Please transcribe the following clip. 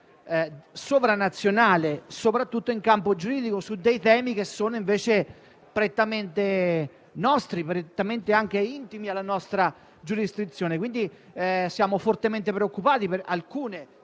sovranazionale, soprattutto in campo giuridico, su temi che sono invece prettamente nostri, prettamente intimi alla nostra giurisdizione. Siamo fortemente preoccupati per alcune